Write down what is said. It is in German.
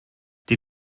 die